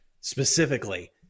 specifically